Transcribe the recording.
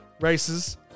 races